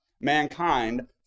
mankind